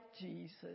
Jesus